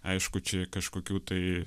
aišku čia kažkokių tai